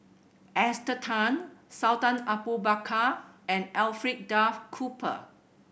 Esther Tan Sultan Abu Bakar and Alfred Duff Cooper